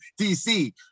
DC